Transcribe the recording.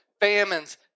famines